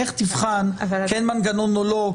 איך תבחן כן מנגנון או לא,